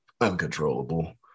uncontrollable